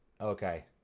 okay